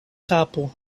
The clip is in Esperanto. kapo